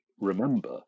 remember